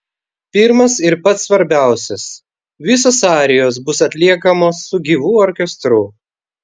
pirmas ir pats svarbiausias visos arijos bus atliekamos su gyvu orkestru